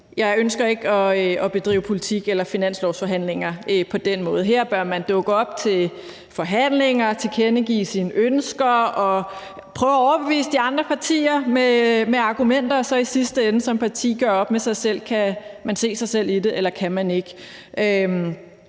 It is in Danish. jeg ønsker ikke at bedrive politik eller finanslovsforhandlinger på den måde. Her bør man dukke op til forhandlinger, tilkendegive sine ønsker og prøve at overbevise de andre partier med argumenter og så i sidste ende som parti gøre op med sig selv: Kan man se sig selv i det, eller kan man ikke?